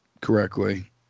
correctly